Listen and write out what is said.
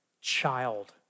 child